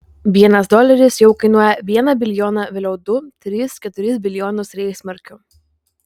vienas doleris jau kainuoja vieną bilijoną vėliau du tris keturis bilijonus reichsmarkių